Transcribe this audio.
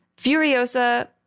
Furiosa